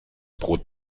brot